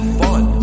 fun